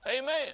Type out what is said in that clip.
amen